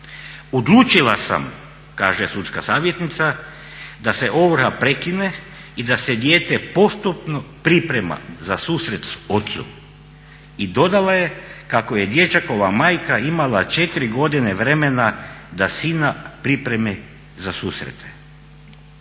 Odlučila sam, kaže sudska savjetnica, da se ovrha prekine i da se dijete postupno priprema za susret s ocem i dodala je kako je dječakova majka imala 4 godine vremena da sina pripremi za susrete."